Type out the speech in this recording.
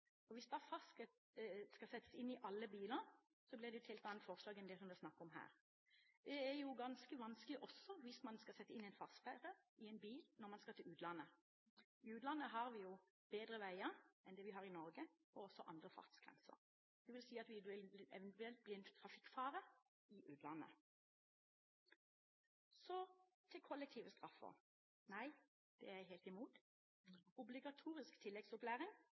settes inn i alle biler, blir det et helt annet forslag enn det det er snakk om her. Det er også ganske vanskelig hvis man har satt inn fartssperre i en bil, når man skal til utlandet. I utlandet har man bedre veier enn det vi har i Norge, og også andre fartsgrenser. Det vil si at vi eventuelt vil bli en trafikkfare i utlandet. Så til kollektive straffer. Det er jeg helt imot. Obligatorisk tilleggsopplæring